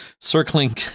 circling